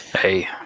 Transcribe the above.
Hey